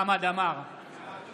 בעד